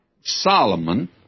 Solomon